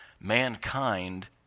mankind